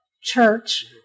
church